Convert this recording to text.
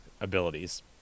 abilities